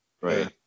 right